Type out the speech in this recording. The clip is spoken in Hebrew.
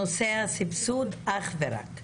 נושא הסבסוד אך ורק.